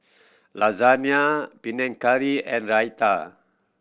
Lasagna Panang Curry and Raita